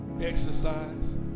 exercise